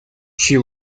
she